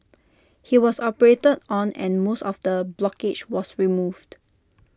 he was operated on and most of the blockage was removed